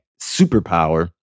superpower